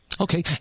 Okay